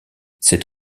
cet